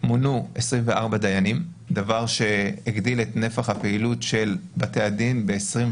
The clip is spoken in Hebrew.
מונו 24 דיינים מה שהגדיל את נפח הפעילות של בתי הדין ב-24.